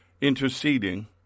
interceding